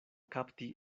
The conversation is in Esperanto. kapti